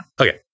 Okay